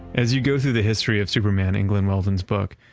as you go through the history of superman in glen weldon's book,